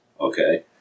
Okay